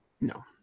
No